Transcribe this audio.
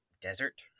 desert